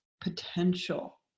potential